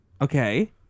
Okay